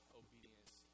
obedience